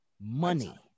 money